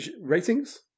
Ratings